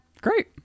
Great